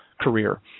career